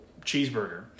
cheeseburger